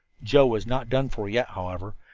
joe was not done for yet, however.